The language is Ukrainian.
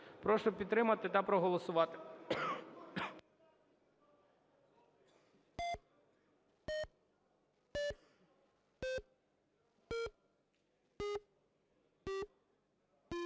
Прошу підтримати та проголосувати.